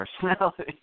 personality